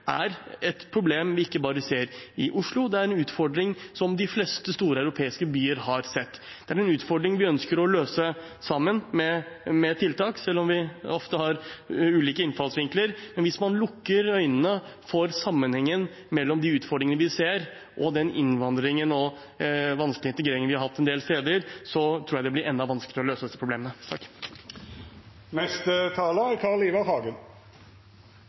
er et problem vi ser ikke bare i Oslo. Det er en utfordring som de fleste store europeiske byer har sett. Det er en utfordring vi ønsker å løse sammen med tiltak, selv om vi ofte har ulike innfallsvinkler. Men hvis man lukker øynene for sammenhengen mellom de utfordringene vi ser, og den innvandringen og vanskelige integreringen vi har hatt en del steder, tror jeg det blir enda vanskeligere å løse dette problemet.